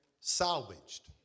salvaged